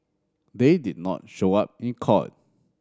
they did not show up in court